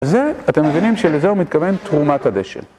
זה, אתם מבינים שלזה הוא מתכוון תרומת הדשא